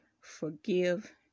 Forgive